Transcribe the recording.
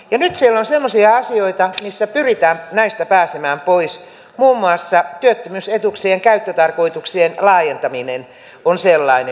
nyt siellä on semmoisia asioita missä pyritään näistä pääsemään pois muun muassa työttömyysetuuksien käyttötarkoituksien laajentaminen on sellainen